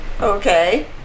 Okay